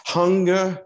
hunger